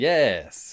Yes